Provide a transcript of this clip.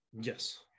yes